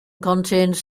contains